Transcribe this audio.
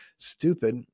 Stupid